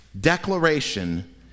declaration